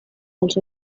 els